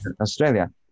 Australia